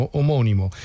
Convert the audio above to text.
omonimo